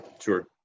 Sure